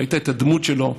ראית את הדמות שלו,